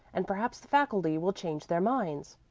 and perhaps the faculty will change their minds.